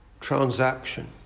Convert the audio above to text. transaction